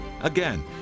Again